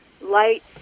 light